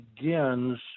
begins